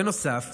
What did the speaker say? בנוסף,